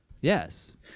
Yes